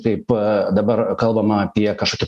taip dabar kalbama apie kažkokį